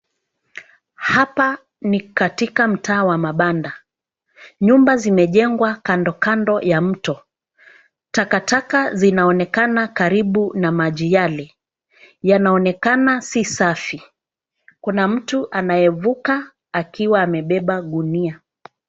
Hapa ni katika mtaa wa mabanda. Nyumba zimejengwa kando kando ya mto. Takataka zinaonekana karibu na maji yale, yanaonekana si safi. Kuna mtu anayevuka akiwa amebeba gunia.